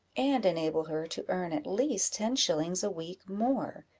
and enable her to earn at least ten shillings a-week more.